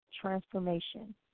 transformation